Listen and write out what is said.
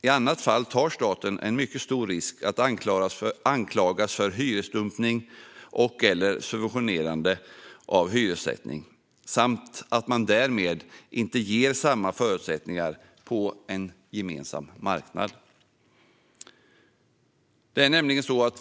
I annat fall tar staten en mycket stor risk att anklagas för hyresdumpning och/eller subventionerande av hyressättningen samt att det därmed inte ges samma förutsättningar på en gemensam marknad.